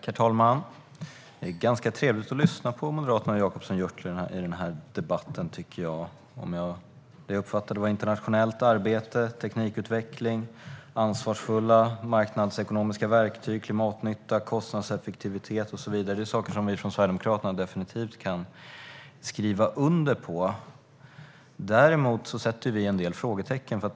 Herr talman! Det är ganska trevligt att lyssna på moderaten Jacobsson Gjörtler i den här debatten, tycker jag. Det jag uppfattade handlade om internationellt arbete, teknikutveckling, ansvarsfulla marknadsekonomiska verktyg, klimatnytta, kostnadseffektivitet och så vidare. Det är saker som vi i Sverigedemokraterna definitivt kan skriva under på. Däremot har vi en del frågetecken.